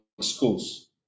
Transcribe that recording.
schools